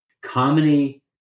comedy